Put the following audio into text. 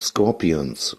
scorpions